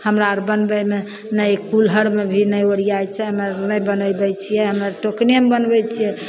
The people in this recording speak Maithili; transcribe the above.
हमरा अर बनबयमे नहि कुल्हड़मे भी नहि ओरिया छै हम्मे अर नहि बनेबय छियै हम्मे अर टोकनेमे बनबय छियै